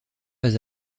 pas